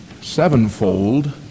sevenfold